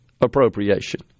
appropriation